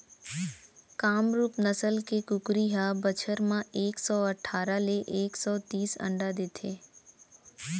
कामरूप नसल के कुकरी ह बछर म एक सौ अठारा ले एक सौ तीस अंडा देथे